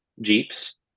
Jeeps